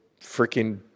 freaking